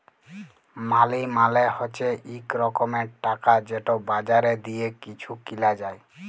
মালি মালে হছে ইক রকমের টাকা যেট বাজারে দিঁয়ে কিছু কিলা যায়